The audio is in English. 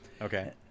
okay